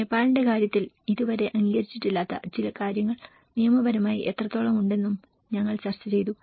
നേപ്പാളിന്റെ കാര്യത്തിൽ ഇതുവരെ അംഗീകരിച്ചിട്ടില്ലാത്ത ചില കാര്യങ്ങൾ നിയമപരമായി എത്രത്തോളം ഉണ്ടെന്നും ഞങ്ങൾ ചർച്ച ചെയ്തു